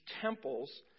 temples